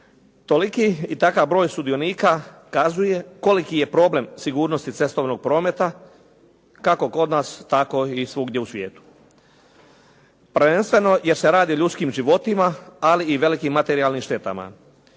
Toliki i takav broj sudionika kazuje koliki je problem sigurnosti cestovnog prometa kako kod nas tako i svugdje u svijetu. Prvenstveno jer se radi o ljudskim životima ali i velikim materijalnim štetama.